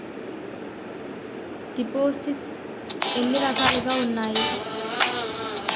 దిపోసిస్ట్స్ ఎన్ని రకాలుగా ఉన్నాయి?